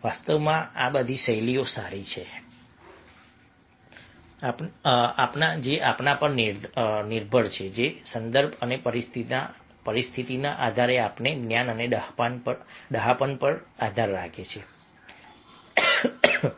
વાસ્તવમાં આ બધી શૈલીઓ સારી છે તે આપણા પર નિર્ભર છે તે સંદર્ભ અને પરિસ્થિતિના આધારે આપણા જ્ઞાન અને ડહાપણ પર આધાર રાખે છે કે